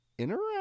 Interact